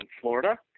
Florida